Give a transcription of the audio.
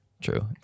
True